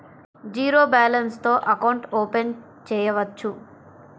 Zero balance తో account open చేయవచ్చు?